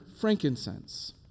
frankincense